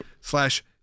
slash